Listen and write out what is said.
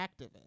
activist